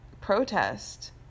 protest